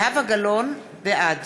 בעד